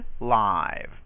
live